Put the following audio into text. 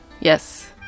Yes